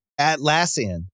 Atlassian